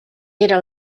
era